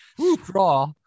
straw